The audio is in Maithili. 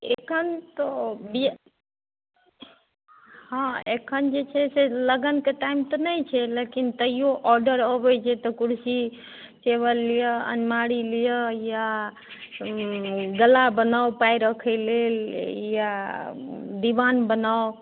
एखन तऽ बिये हँ एखन जे छै से लगनके टाइम तऽ नहि छै लेकिन तैयो औडर अबैत छै तऽ कुर्सी टेबल लिअ अनमारी लिअ या गल्ला बनाउ पाइ रखै लेल या दिबान बनाउ